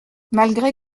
malgré